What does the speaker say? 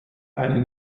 eine